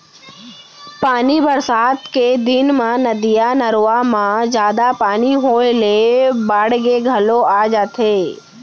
पानी बरसात के दिन म नदिया, नरूवा म जादा पानी होए ले बाड़गे घलौ आ जाथे